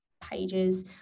pages